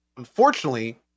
Unfortunately